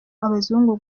abazungu